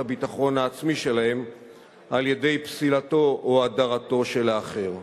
הביטחון העצמי שלהם על-ידי פסילתו או הדרתו של האחר.